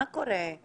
מה קורה?